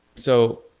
so,